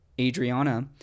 Adriana